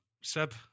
Seb